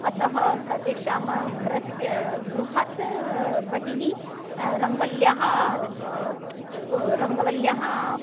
अतः सर्वेषां घरस्य गृहात् बहिः रङ्गवल्यः रङ्गवल्यः